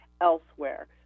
elsewhere